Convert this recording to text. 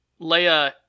Leia